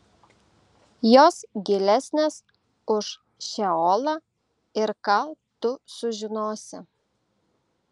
jos gilesnės už šeolą ir ką tu sužinosi